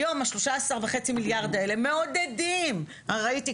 היום 13.5 מיליארד האלה מעודדים ראיתי,